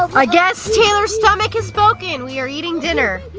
i guess taylor's stomach has spoken. we are eating dinner.